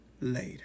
later